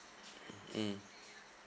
mm